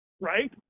right